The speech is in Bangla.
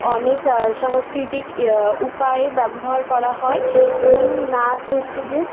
অনেক সংস্কৃতিক উপায় ব্যবহার করা হয় এবং নাচ হচ্ছে যে